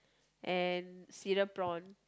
and cereal prawn